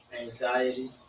anxiety